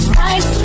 right